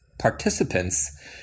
participants